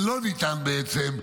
ולא ניתן בעצם,